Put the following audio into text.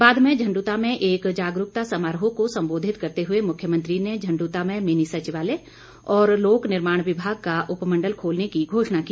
बाद में झंडुता में एक जागरूकता समारोह को संबोधित करते हुए मुख्यमंत्री ने झंडुता में मिनी सचिवालय और लोकनिर्माण विभाग का उपमंडल खोलने की घोषणा की